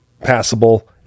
passable